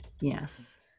Yes